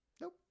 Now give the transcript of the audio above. Nope